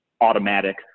automatic